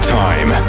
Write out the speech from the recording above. time